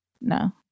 No